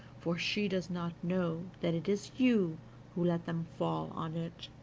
for she does not know that it is you who let them fall on it